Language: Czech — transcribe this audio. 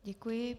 Děkuji.